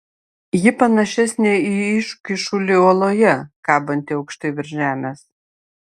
ji panašesnė į iškyšulį uoloje kabantį aukštai virš žemės